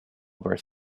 birth